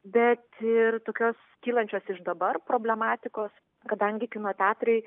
bet ir tokios kylančios iš dabar problematikos kadangi kino teatrai